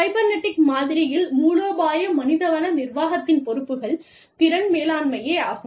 cybernetic மாதிரியில் மூலோபாய மனித வள நிர்வாகத்தின் பொறுப்புகள் திறன் மேலாண்மையே ஆகும்